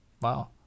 Wow